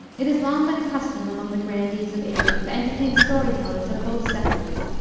it has long been a custom among the grandees of asia, to entertain story-tellers of both sexes,